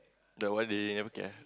the one they never care